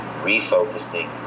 refocusing